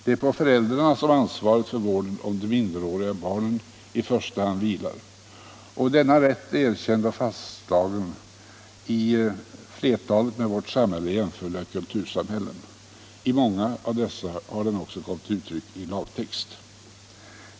Det är på föräldrarna som ansvaret för vården av de minderåriga barnen i första hand vilar, och denna rätt 29 är erkänd och fastslagen i flertalet med vårt samhälle jämförliga kultursamhällen. I många av dessa har den också kommit till uttryck i lagtext.